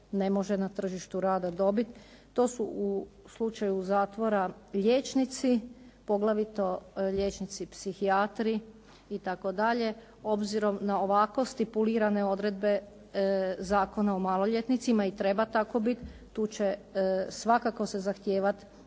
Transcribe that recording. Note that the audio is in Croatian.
ne može na tržištu rada dobiti. To su u slučaju zatvora liječnici, poglavito liječnici psihijatri itd. Obzirom na ovako stipulirane odredbe Zakona o maloljetnicima i treba tako biti. Tu će svakako se zahtijevati